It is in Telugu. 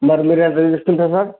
మరి మీరు ఎంతకి తీసుకుంటారు సార్